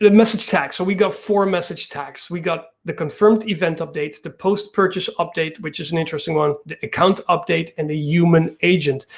message tags, so we've got four message tags. we've got the confirmed event update, the post-purchase update, which is an interesting one. the account update and the human agent.